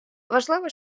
важливо